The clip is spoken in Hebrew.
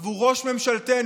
עבור ראש ממשלתנו,